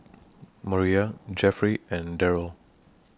Moriah Jeffrey and Deryl